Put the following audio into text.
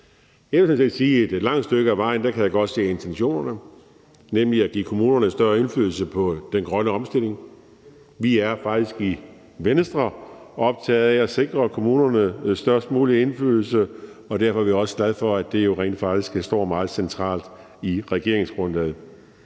et langt stykke ad vejen kan jeg godt se intentionerne, nemlig at give kommunerne større indflydelse på den grønne omstilling. Vi er i Venstre faktisk optaget af at sikre kommunerne størst mulig indflydelse, og derfor er vi også glade for, at det jo står meget centralt i regeringsgrundlaget.